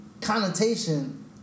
connotation